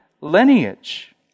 lineage